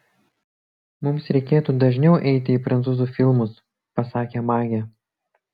mums reikėtų dažniau eiti į prancūzų filmus pasakė magė